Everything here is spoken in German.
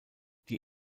die